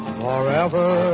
forever